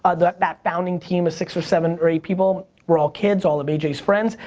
ah that founding team of six or seven or eight people were all kids, all of aj's friends,